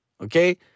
okay